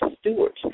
stewards